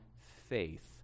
faith